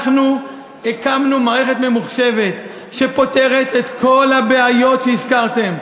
אנחנו הקמנו מערכת ממוחשבת שפותרת את כל הבעיות שהזכרתם.